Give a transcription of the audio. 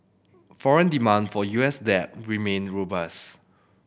foreign demand for U S debt remain robust